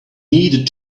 needed